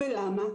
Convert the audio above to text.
ולמה?